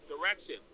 direction